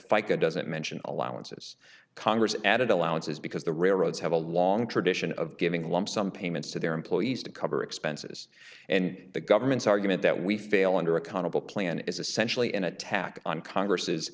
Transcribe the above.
fica doesn't mention allowances congress added allowances because the railroads have a long tradition of giving lump sum payments to their employees to cover expenses and the government's argument that we fail under accountable plan is essentially an attack on congress